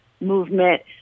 movement